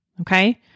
Okay